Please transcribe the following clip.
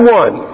one